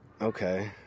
okay